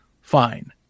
fine